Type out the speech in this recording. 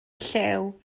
llew